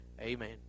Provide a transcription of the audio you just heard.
amen